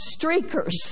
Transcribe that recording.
streakers